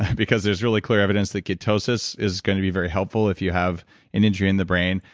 because there's really clear evidence that ketosis is going to be very helpful if you have an injury in the brain,